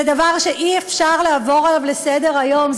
זה דבר שאי-אפשר לעבור עליו לסדר-היום.